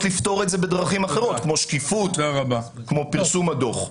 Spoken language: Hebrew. לפתור את זה בדרכים אחרות כמו שקיפות וכמו פרסום הדוח.